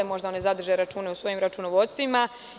Možda one zadrže račune u svojim računovodstvima?